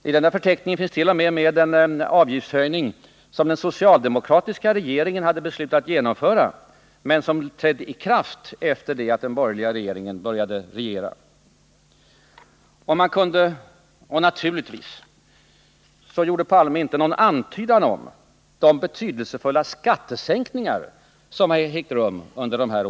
I denna förteckning finns t.o.m. en avgiftshöjning som den socialdemokratiska regeringen hade beslutat genomföra men som trädde i kraft först efter den borgerliga regeringens tillträde. Naturligtvis gjorde Olof Palme ingen antydan om de betydelsefulla skattesänkningar som har ägt rum under dessa år.